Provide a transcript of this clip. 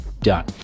Done